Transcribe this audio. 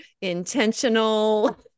intentional